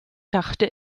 dachte